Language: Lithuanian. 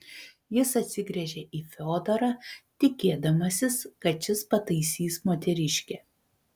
jis atsigręžė į fiodorą tikėdamasis kad šis pataisys moteriškę